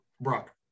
Brock